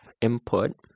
input